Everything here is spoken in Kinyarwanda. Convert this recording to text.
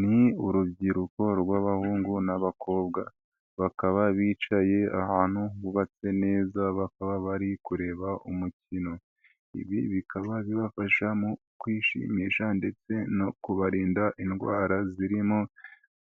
Ni urubyiruko rw'abahungu n'abakobwa bakaba bicaye ahantu hubatse neza bakaba bari kureba umukino, ibi bikaba bibafasha mu kwishimisha ndetse no kubarinda indwara zirimo